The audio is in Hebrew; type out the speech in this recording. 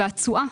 והתשואה,